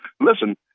listen